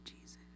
Jesus